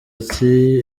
uti